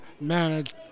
manage